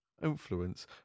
influence